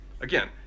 Again